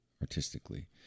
Artistically